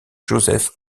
joseph